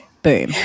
Boom